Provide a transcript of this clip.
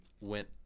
went